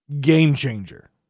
Game-changer